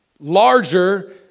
larger